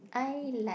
I like